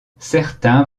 certains